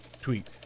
tweet